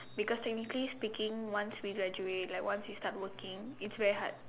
because technically speaking once graduate like once we start working it's very hard